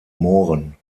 mooren